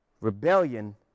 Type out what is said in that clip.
Rebellion